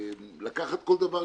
לקחת כל דבר,